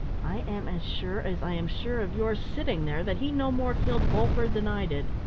i am as sure, as i am sure of your sitting there, that he no more killed bulford than i did.